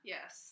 Yes